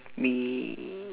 me